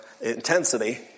intensity